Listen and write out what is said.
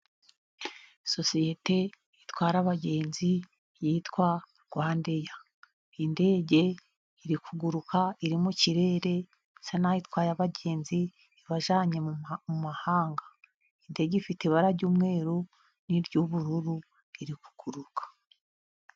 Sosiyete itwara abagenzi yitwa Rwanda eya, iyi ndege iri kuguruka iri mu kirere, isa naho itwaye abagenzi ibajyanye mu mahanga. Iyi ndege ifite ibara ry'umweru ni ry'ubururu iri kuguruka.